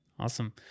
Awesome